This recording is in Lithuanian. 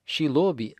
šį lobį